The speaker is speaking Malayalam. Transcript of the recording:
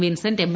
Vincent M